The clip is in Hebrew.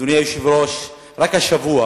אדוני היושב-ראש, רק השבוע